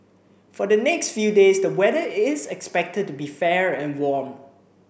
for the next few days the weather is expected to be fair and warm